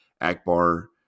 akbar